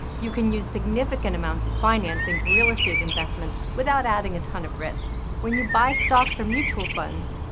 you can use significant amounts of financing for real estate investments without adding a ton of risk. when you buy stocks or mutual funds,